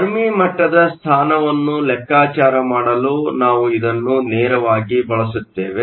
Fermi ಮಟ್ಟದ ಸ್ಥಾನವನ್ನು ಲೆಕ್ಕಾಚಾರ ಮಾಡಲು ನಾವು ಇದನ್ನು ನೇರವಾಗಿ ಬಳಸುತ್ತೇವೆ